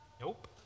Nope